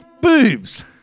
boobs